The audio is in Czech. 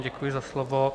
Děkuji za slovo.